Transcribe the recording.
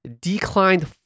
declined